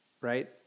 right